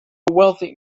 wealthy